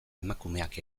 emakumeak